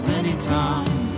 anytime